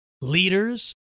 leaders